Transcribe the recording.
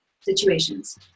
situations